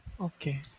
Okay